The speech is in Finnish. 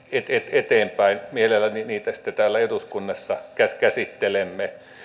eteenpäin mielelläni niitä sitten täällä eduskunnassa käsittelemme